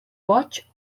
boig